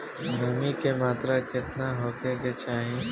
नमी के मात्रा केतना होखे के चाही?